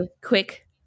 quick